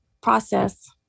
process